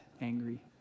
angry